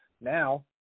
Now